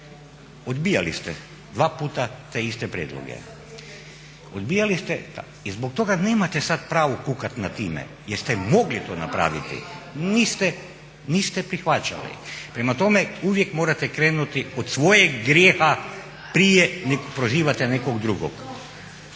Odbijali ste dva puta te iste prijedloge. I zbog toga nemate sad pravo kukati nad time jer ste mogli to napravili. Niste prihvaćali. Prema tome, uvijek morate krenuti od svojeg grijeha prije nego prozivate nekog drugog.